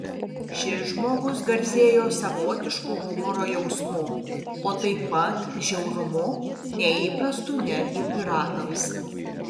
šis žmogus garsėjo savotišku humoro jausmu o taip pat žiaurumu neįprastu netgi piratams